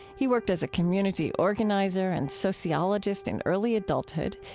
he worked as a community organizer and sociologist in early adulthood.